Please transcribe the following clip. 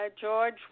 George